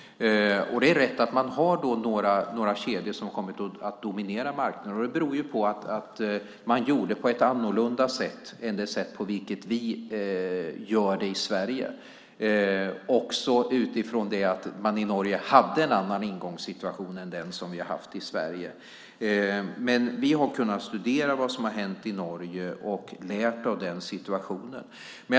Det är rätt att man har några kedjor som har kommit att dominera marknaden. Det beror på att man gjorde på ett annorlunda sätt än det sätt på vilket vi gör det i Sverige. I Norge hade man också en annan ingångssituation än den som vi har haft i Sverige. Men vi har kunnat studera vad som har hänt i Norge och lärt av den situationen.